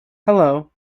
hello